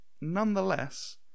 nonetheless